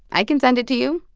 i can send it to you,